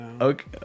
okay